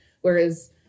Whereas